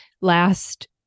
last